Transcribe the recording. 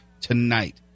tonight